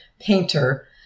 painter